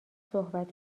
صحبت